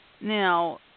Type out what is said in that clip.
now